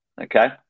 okay